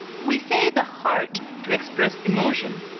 we say the heart to express emotion,